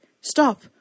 stop